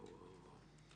וואו.